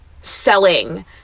selling